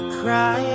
cry